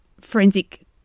forensic